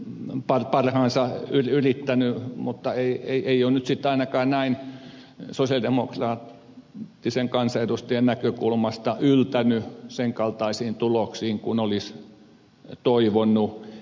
varmaan hallitus on parhaansa yrittänyt mutta ei ole nyt sitten ainakaan näin sosialidemokraattisen kansanedustajan näkökulmasta yltänyt sen kaltaisiin tuloksiin kuin olisi toivonut